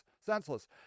senseless